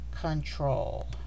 control